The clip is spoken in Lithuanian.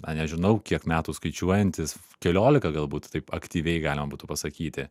na nežinau kiek metų skaičiuojantis keliolika galbūt taip aktyviai galima būtų pasakyti